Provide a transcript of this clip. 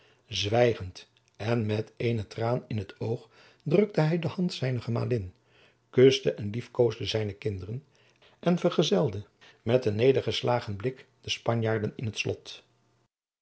zwijgend en met eene traan in t oog drukte hij de hand zijner gemalin kuste en liefkoosde zijne kinderen en vergezelde met een nedergeslagen blik de spanjaarden in het slot